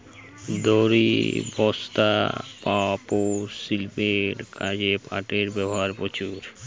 দড়ি, বস্তা, পাপোষ, শিল্পের কাজে পাটের ব্যবহার প্রচুর